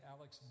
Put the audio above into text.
Alex